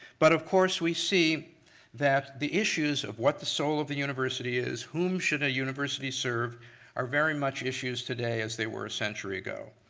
but of course, we see that the issues of what the soul of the university is, whom should a university serve are very much issues today as they were a century ago.